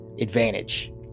Advantage